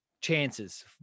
chances